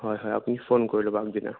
হয় হয় আপুনি ফোন কৰি ল'ব আগদিনা